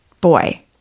boy